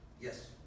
yes